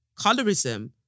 Colorism